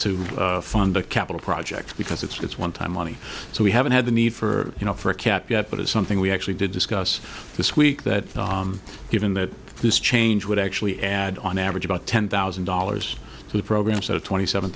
to fund a capital project because it's one time money so we haven't had the need for you know for a cap yet but it's something we actually did discuss this week that given that this change would actually add on average about ten thousand dollars to the program so twenty seven